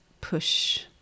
push